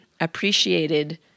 appreciated